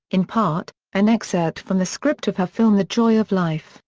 in part, an excerpt from the script of her film the joy of life,